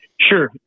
Sure